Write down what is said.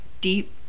deep